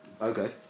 Okay